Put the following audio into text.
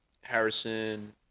harrison